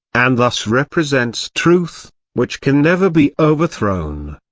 and thus represents truth, which can never be overthrown.